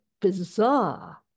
bizarre